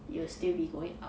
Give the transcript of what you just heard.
it will still be going up